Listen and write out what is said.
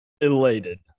elated